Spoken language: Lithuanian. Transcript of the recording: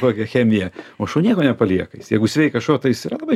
kokią chemiją o šunėko nepalieka jis jeigu sveikas šuo tai jis yra labai